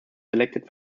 selected